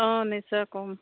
অঁ নিশ্চয় ক'ম